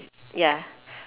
ya